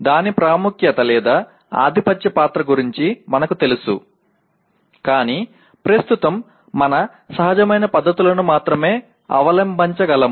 దాని ప్రాముఖ్యత లేదా ఆధిపత్య పాత్ర గురించి మనకు తెలుసు కానీ ప్రస్తుతం మన సహజమైన పద్ధతులను మాత్రమే అవలంబించగలము